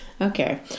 okay